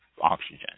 oxygen